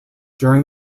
during